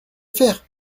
faire